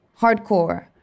hardcore